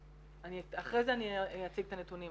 אחרי זה אני אציג את הנתונים,